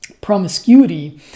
promiscuity